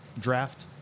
draft